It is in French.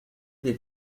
des